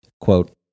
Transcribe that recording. Quote